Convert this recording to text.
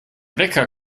wecker